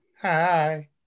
hi